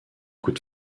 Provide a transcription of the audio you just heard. coups